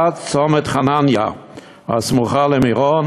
עד צומת חנניה הסמוך למירון,